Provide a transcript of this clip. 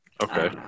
okay